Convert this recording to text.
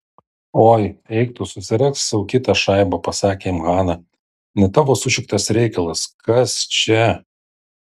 oi eik tu susirask sau kitą šaibą pasakė jam hana ne tavo sušiktas reikalas kas čia